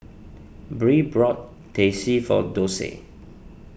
Bree brought Teh C for Dorsey